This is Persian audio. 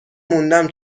موندم